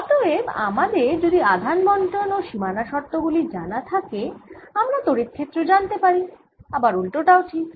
অতএব আমাদের যদি আধান বণ্টন ও সীমানা শর্ত গুলি জানা থাকে আমরা তড়িৎ ক্ষেত্র জানতে পারি আবার উলটো টাও ঠিক